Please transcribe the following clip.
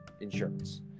Insurance